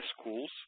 schools